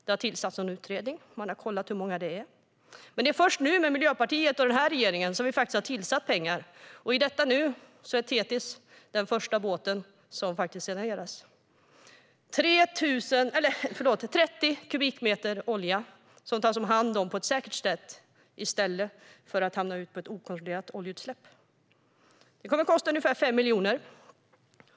Det har tillsatts någon utredning och man har kollat hur många det är, men det är först nu med Miljöpartiet och den här regeringen som vi har tillskjutit pengar. I detta nu är Thetis den första båt som saneras. Det innebär att det är 30 kubikmeter olja som tas om hand på ett säkert sätt i stället för att hamna i ett okontrollerat oljeutsläpp. Det kommer att kosta ungefär 5 miljoner.